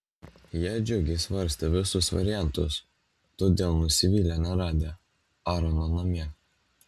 jie džiugiai svarstė visus variantus todėl nusivylė neradę aarono namie